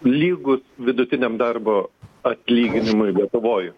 lygus vidutiniam darbo atlyginimui lietuvoj